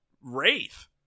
wraith